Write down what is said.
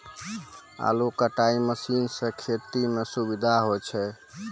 आलू कटाई मसीन सें खेती म सुबिधा होय छै